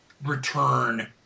return